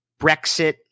Brexit